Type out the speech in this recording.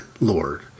Lord